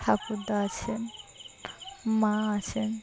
ঠাকুরদা আছেন মা আছেন